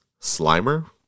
Slimer